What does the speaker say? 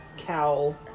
cowl